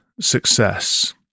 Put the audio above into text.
success